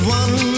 one